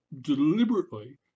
deliberately